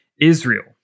Israel